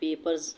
papers